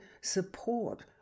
support